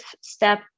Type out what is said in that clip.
step